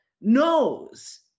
knows